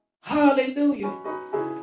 Hallelujah